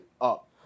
up